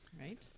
right